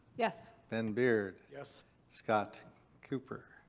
yes. ben beard. yes. scott cooper.